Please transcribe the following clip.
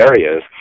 areas